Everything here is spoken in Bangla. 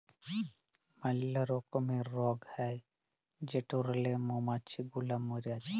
ম্যালা রকমের রগ হ্যয় যেটরলে মমাছি গুলা ম্যরে যায়